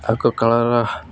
ତାକୁ କଳର